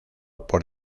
por